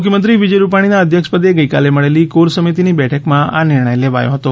મુખ્યમંત્રી વિજય રૂપાણીના અધ્યક્ષપદે ગઇકાલે મળેલી કોર સમિતીની બેઠકમાં આ નિર્ણય લેવાયો હતો